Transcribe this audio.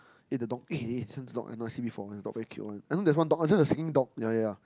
eh the dog eh since dog I never see before one got very cute one I know there's one dog oh this one the skinny dog ya ya ya